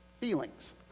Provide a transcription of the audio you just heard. feelings